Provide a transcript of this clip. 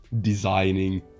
Designing